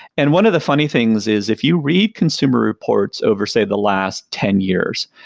and one of the funny things is if you read consumer reports over say the last ten years,